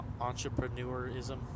entrepreneurism